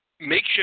makeshift